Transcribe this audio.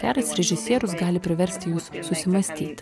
geras režisierius gali priversti jus susimąstyt